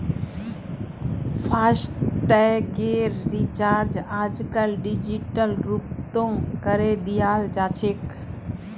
फासटैगेर recharge आजकल digital रूपतों करे दियाल जाछेक